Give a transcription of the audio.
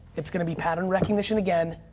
it's going to be pattern recognition again,